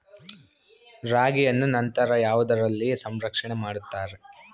ರಾಗಿಯನ್ನು ನಂತರ ಯಾವುದರಲ್ಲಿ ಸಂರಕ್ಷಣೆ ಮಾಡುತ್ತಾರೆ?